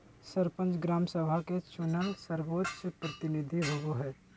सरपंच, ग्राम सभा के चुनल सर्वोच्च प्रतिनिधि होबो हइ